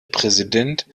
präsident